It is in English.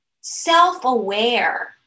self-aware